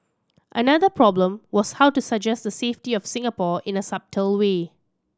another problem was how to suggest the safety of Singapore in a subtle way